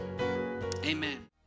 Amen